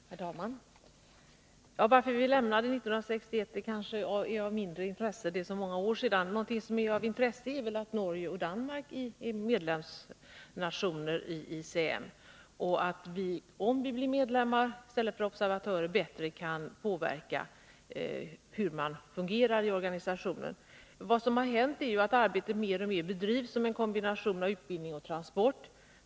Herr talman! Varför vi 1962 lämnade ICEM är kanske av mindre intresse — det hände för så många år sedan. Av intresse är däremot att Norge och Danmark är medlemmar i ICM och att vi, om Sverige blir medlem i stället för observatör, bättre kan påverka hur organisationen fungerar. ICM har mer och mer arbetat med en kombination av utbildning och transport.